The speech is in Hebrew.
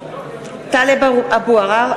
(קוראת בשמות חברי הכנסת) טלב אבו עראר,